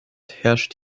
herrscht